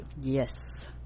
yes